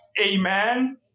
Amen